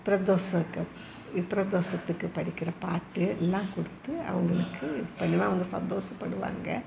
பிரதோஷம் க பிரதோஷத்துக்கு படிக்கிற பாட்டு எல்லாம் கொடுத்து அவங்களுக்கு இது பண்ணுவேன் அவங்க சந்தோசப்படுவாங்க